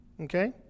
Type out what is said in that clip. Okay